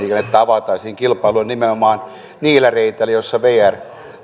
henkilöliikennettä avattaisiin kilpailulle nimenomaan niillä reiteillä joissa vr